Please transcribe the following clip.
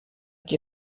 qui